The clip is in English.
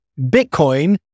Bitcoin